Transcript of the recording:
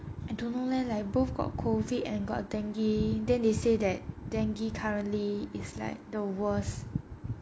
I don't know leh like both got COVID and got dengue then they say that dengue currently is like the worst